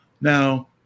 Now